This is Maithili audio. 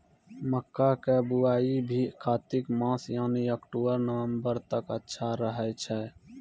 मक्का के बुआई भी कातिक मास यानी अक्टूबर नवंबर तक अच्छा रहय छै